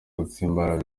gutsimbarara